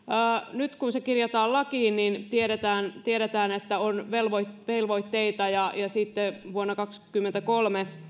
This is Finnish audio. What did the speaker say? nyt kun se kirjataan lakiin niin tiedetään tiedetään että on velvoitteita ja vuonna kaksikymmentäkolme